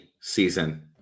season